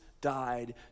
died